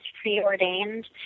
preordained